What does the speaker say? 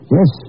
Yes